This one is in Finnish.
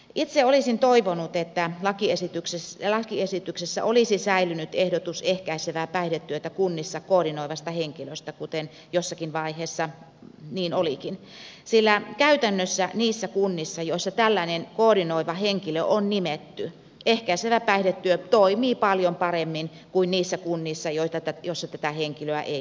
itse olisin toivonut että lakiesityksessä olisi säilynyt ehdotus ehkäisevää päihdetyötä kunnissa koordinoivasta henkilöstä kuten jossakin vaiheessa niin olikin sillä käytännössä niissä kunnissa joissa tällainen koordinoiva henkilö on nimetty ehkäisevä päihdetyö toimii paljon paremmin kuin niissä kunnissa joissa tätä henkilöä ei ole